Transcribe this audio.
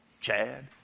Chad